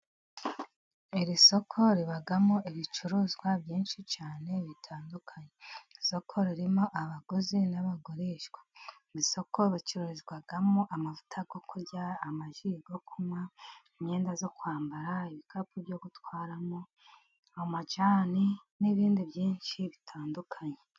Iri soko ribamo ibicuruzwa byinshi cyane bitandukanye. Iri soko ririmo abaguzi n'abagurishwa. Mu isoko bacururizamo amavuta yo kurya, amaji yo kunywa, imyenda yo kwambara, ibikapu byo gutwaramo, amajyani n'ibindi byinshi bitandukanye.